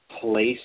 place